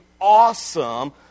awesome